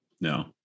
No